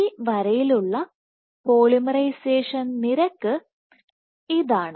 ഈ വരയിൽ ഉള്ള പോളിമറൈസേഷൻ നിരക്ക് ഇതാണ്